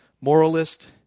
moralist